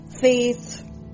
Faith